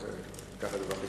אז קח את זה בחשבון.